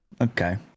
okay